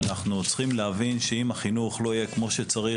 עלינו להבין שאם החינוך לא יהיה כפי שצריך